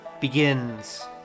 begins